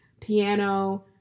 piano